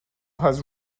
has